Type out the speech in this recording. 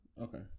Okay